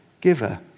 giver